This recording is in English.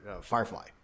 Firefly